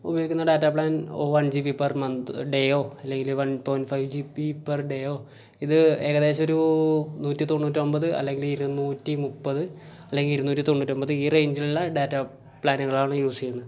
ഉപയോഗിക്കുന്ന data plan one G B per month ഡേയോ അല്ലെങ്കിൽ one point five G B per ഡേയോ ഇത് ഏകദേശം ഒരു നൂറ്റി തൊണ്ണൂറ്റി ഒമ്പത് അല്ലെങ്കിൽ ഇരുന്നൂറ്റി മുപ്പത് അല്ലെങ്കിൽ ഇരുനൂറ്റി തൊണ്ണൂറ്റി ഒമ്പത് ഈ റേഞ്ചിലുള്ള ഡാറ്റ പ്ലാനുകളാണ് യൂസ് ചെയ്യുന്നത്